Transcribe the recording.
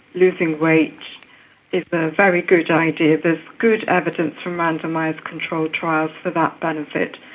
losing weight is a very good idea. there is good evidence from randomised control trials for that benefit.